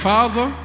Father